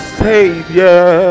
savior